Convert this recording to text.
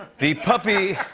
the puppy